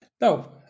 No